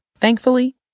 Thankfully